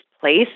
place